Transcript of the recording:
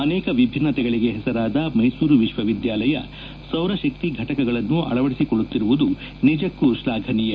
ಅನೇಕ ವಿಭಿನ್ನತೆಗಳಿಗೆ ಹೆಸರಾದ ಮೈಸೂರು ವಿವಿ ಸೌರ ಶಕ್ತಿ ಘಟಕಗಳನ್ನು ಅಳವಡಿಸಿಕೊಳ್ಳುತ್ತಿರುವುದು ನಿಜಕ್ಕೂ ಶ್ಲಾಘನೀಯ